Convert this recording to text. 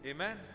Amen